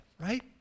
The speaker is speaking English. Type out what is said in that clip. right